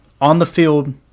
on-the-field